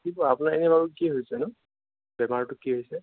কি আপোনাৰ এনে বাৰু কি হৈছেনো বেমাৰটো কি হৈছে